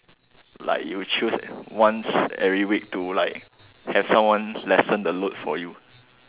like you choose once every week to like have someone lessen the load for you